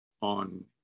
on